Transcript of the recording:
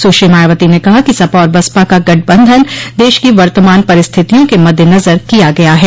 सुश्री मायावती ने कहा कि सपा और बसपा का गठबंधन देश की वर्तमान परिस्थितियों के मद्देनज़र किया गया है